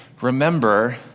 remember